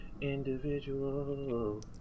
individual